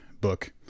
book